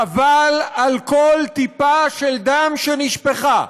חבל על כל טיפה של דם שנשפכה.